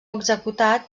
executat